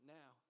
now